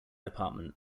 department